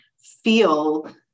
feel